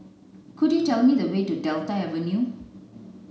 could you tell me the way to Delta Avenue